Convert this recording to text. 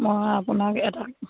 মই আপোনাক এটা